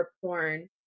porn